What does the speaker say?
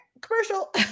commercial